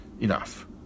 enough